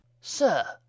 Sir